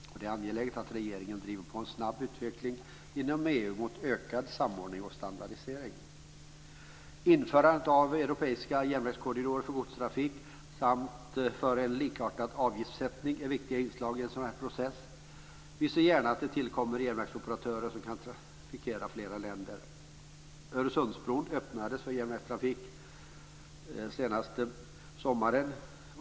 Och det är angeläget att regeringen driver på en snabb utveckling inom Införandet av europeiska järnvägskorridorer för godstrafik samt för en likartad avgiftssättning är viktiga inslag i en sådan här process. Vi ser gärna att det tillkommer järnvägsoperatörer som kan trafikera flera länder. Öresundsbron öppnades ju för järnvägstrafik i somras.